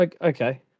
Okay